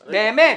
באמת,